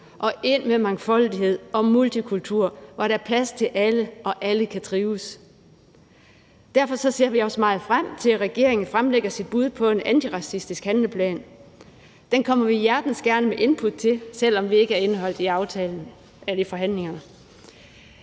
og ind med mangfoldighed og multikultur, hvor der er plads til alle og alle kan trives. Derfor ser vi også meget frem til, at regeringen fremlægger sit bud på en antiracistisk handleplan. Den kommer vi hjertens gerne med input til, selv om vi ikke indgår i forhandlingerne.